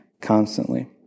constantly